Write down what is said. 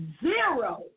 zero